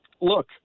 look